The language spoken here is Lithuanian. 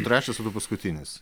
trečias ar tu paskutinis